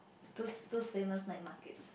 toos toos famous night markets